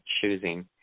choosing